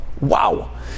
Wow